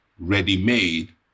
ready-made